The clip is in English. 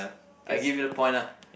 I give you the point lah